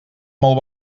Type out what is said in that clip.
molt